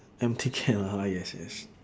empty can ah yes yes